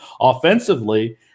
offensively